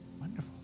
Wonderful